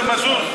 זוהיר, זה מזוז.